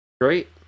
Great